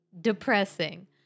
Depressing